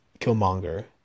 Killmonger